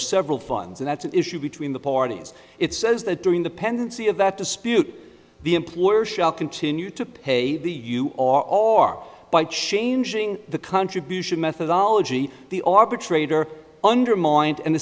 are several funds and that's an issue between the parties it says that during the pendency of that dispute the employer shall continue to pay the you all are by changing the contribution methodology the arbitrator undermined and